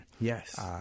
Yes